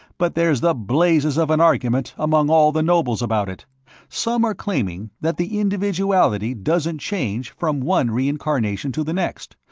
but there's the blazes of an argument among all the nobles about it some are claiming that the individuality doesn't change from one reincarnation to the next,